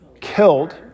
Killed